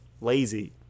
lazy